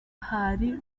hari